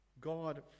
God